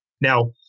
Now